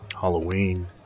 Halloween